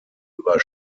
über